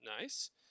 Nice